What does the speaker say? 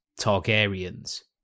Targaryen's